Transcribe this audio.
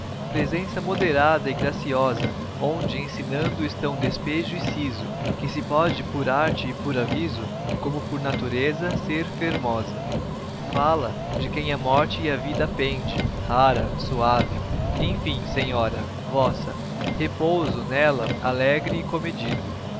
presença moderada e graciosa onde ensinando estão despejo e siso que se pode por arte e por aviso como por natureza ser fermosa fala de quem a morte e a vida pende rara suave enfim senhora vossa repouso nela alegre e comedido